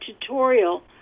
tutorial